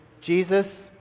Jesus